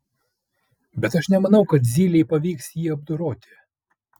bet aš nemanau kad zylei pavyks jį apdoroti